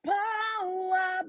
power